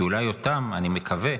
כי אולי אותם, אני מקווה,